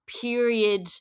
period